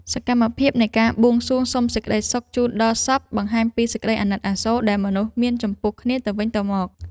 សកម្មភាពនៃការបួងសួងសុំសេចក្តីសុខជូនដល់សព បង្ហាញពីសេចក្តីអាណិតអាសូរដែលមនុស្សមានចំពោះគ្នាទៅវិញទៅមក។